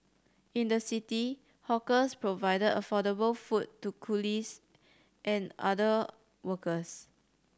in the city hawkers provide affordable food to coolies and other workers